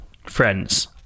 Friends